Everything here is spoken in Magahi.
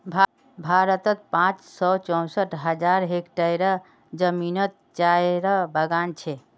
भारतोत पाँच सौ चौंसठ हज़ार हेक्टयर ज़मीनोत चायेर बगान छे